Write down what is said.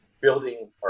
building